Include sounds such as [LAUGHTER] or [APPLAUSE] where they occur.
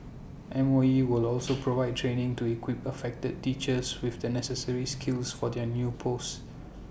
M O E will [NOISE] also provide training to equip affected teachers with the necessary skills for their new posts